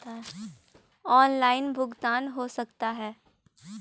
Online भुगतान हो सकता है?